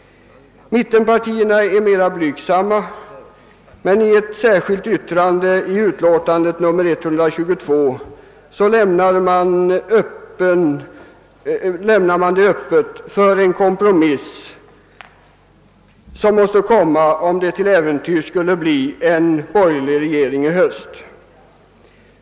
Mittenpartierna är mer blygsamma, men i ett särskilt yttrande till utlåtandet nr 122 lämnar man öppet för en kompromiss, som måste komma till stånd, om det till äventyrs skulle bli en borgerlig regering i höst.